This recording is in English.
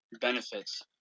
benefits